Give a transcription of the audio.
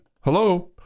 hello